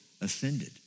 ascended